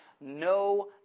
No